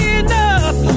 enough